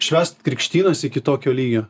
švęst krikštynas iki tokio lygio